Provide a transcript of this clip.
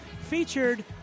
featured